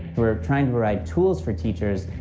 we're trying to write tools for teachers,